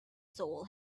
soul